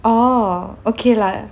oh okay lah